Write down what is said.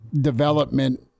development